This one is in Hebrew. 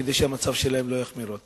כדי שהמצב שלהם לא יחמיר עוד.